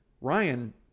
Ryan